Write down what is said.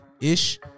Ish